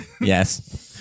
Yes